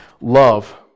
Love